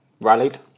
rallied